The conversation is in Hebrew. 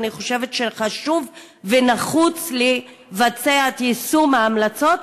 ואני חושבת שחשוב ונחוץ לבצע את יישום ההמלצות,